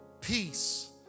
Peace